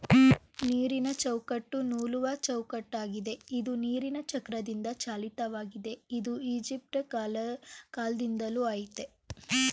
ನೀರಿನಚೌಕಟ್ಟು ನೂಲುವಚೌಕಟ್ಟಾಗಿದೆ ಇದು ನೀರಿನಚಕ್ರದಿಂದಚಾಲಿತವಾಗಿದೆ ಇದು ಈಜಿಪ್ಟಕಾಲ್ದಿಂದಲೂ ಆಯ್ತೇ